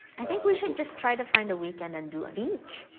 i think we should just try to find a weekend and do a beach.